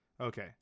Okay